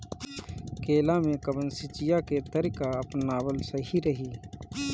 केला में कवन सिचीया के तरिका अपनावल सही रही?